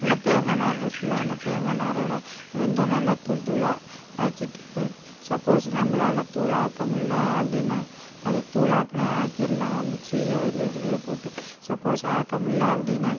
இந்த தேங்காய் நார் இருக்குதுல்ல அந்த தேங்காய் நாரோடய வந்து நல்லா தூள் தூள்லா ஆகிட்டு சப்போஸ் நம்மளால தூளாக ஆக்கமுல்ல அப்படின்னா அதை தூளாக ஆக்குனா ஆக்கிடுலாம் மிக்ஸியோ இல்லை எதுலேயோ போட்டு சப்போஸ் ஆக்கமுடில்ல அப்படின்னா